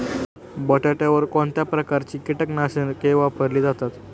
बटाट्यावर कोणत्या प्रकारची कीटकनाशके वापरली जातात?